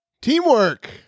Teamwork